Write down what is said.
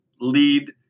lead